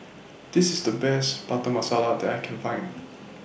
This IS The Best Butter Masala that I Can Find